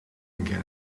again